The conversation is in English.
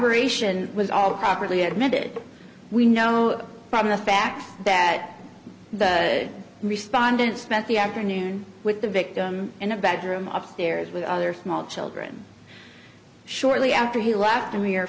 aeration was all properly admitted we know from the fact that the respondent spent the afternoon with the victim in a bedroom upstairs with other small children shortly after he left